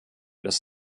dass